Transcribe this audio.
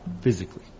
physically